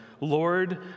Lord